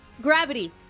Gravity